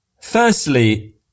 Firstly